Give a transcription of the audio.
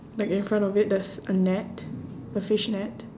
like in front of it there's a net a fish net